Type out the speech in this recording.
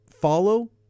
follow